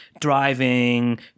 driving